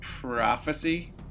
Prophecy